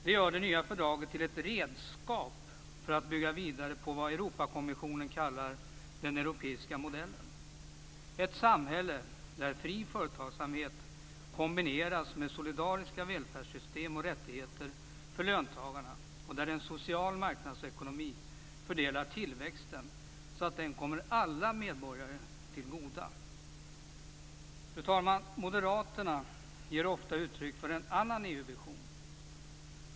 De gör det nya fördraget till ett redskap för att bygga vidare på det Europakommissionen kallar den europeiska modellen, ett samhälle där fri företagsamhet kombineras med solidariska välfärdssystem och rättigheter för löntagarna och där en social marknadsekonomi fördelar tillväxten så att den kommer alla medborgare till godo. Fru talman! Moderaterna ger ofta uttryck för en annan EU-vision.